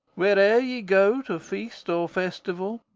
where'er ye go to feast or festival,